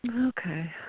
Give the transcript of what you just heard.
Okay